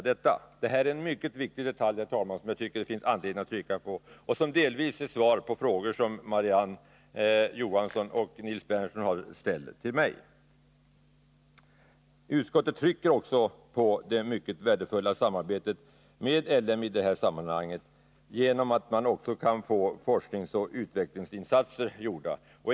Detta är en mycket viktig detalj, herr talman, som jag tycker det finns anledning att trycka på. Det är också svaret på en del frågor som Marie-Ann Johansson och Nils Berndtson ställt till mig. Utskottet pekar på att samarbetet med L M Ericsson är mycket värdefullt också därför att man därigenom kan få forskningsoch utvecklingsinsatser gjorda.